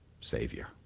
Savior